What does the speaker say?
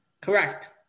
Correct